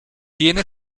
tiene